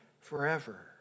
forever